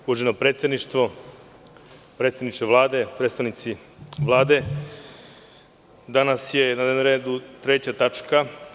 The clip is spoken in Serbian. Uvaženo predsedništvo, predsedniče Vlade, predstavnici Vlade, danas je na dnevnom redu treća tačka.